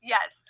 Yes